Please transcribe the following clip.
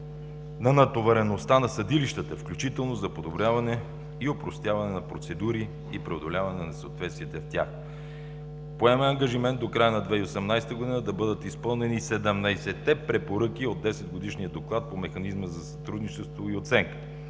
на натовареността на съдилищата, включително за подобряване и опростяване на процедури и преодоляване на несъответствията в тях. Поемаме ангажимент до края на 2018 г. да бъдат изпълнени 17-те препоръки от Десетгодишния доклад по Механизма за сътрудничество и оценка.